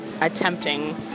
attempting